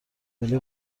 ملی